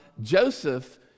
Joseph